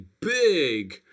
big